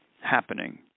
happening